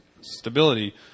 stability